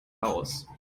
aus